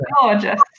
Gorgeous